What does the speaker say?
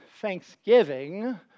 thanksgiving